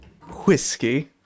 Whiskey